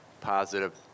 positive